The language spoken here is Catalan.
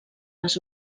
les